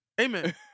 Amen